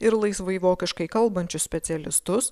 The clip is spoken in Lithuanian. ir laisvai vokiškai kalbančius specialistus